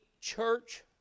church